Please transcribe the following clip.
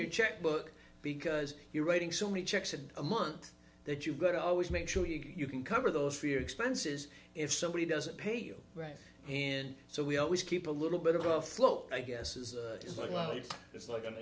your check book because you're writing so many checks and a month that you've got to always make sure you can cover those for your expenses if somebody doesn't pay you right and so we always keep a little bit of a float i guess is what it's like